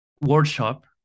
workshop